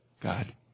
God